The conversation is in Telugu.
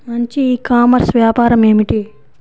మంచి ఈ కామర్స్ వ్యాపారం ఏమిటీ?